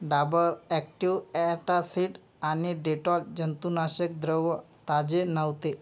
Dabur active ॲटासिट आणि Dettol जंतुनाशक द्रव ताजे नव्हते